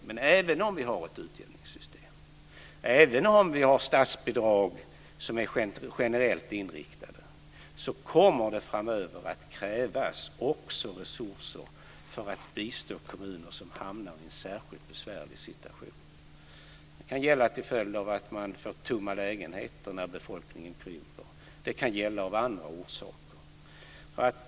Men även om vi har ett utjämningssystem, och även om vi har statsbidrag som är generellt inriktade, kommer det framöver också att krävas resurser för att bistå kommuner som hamnar i en särskilt besvärlig situation. Det kan gälla till följd av att man får tomma lägenheter när befolkningen krymper, och det kan gälla av andra orsaker.